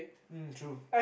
mm true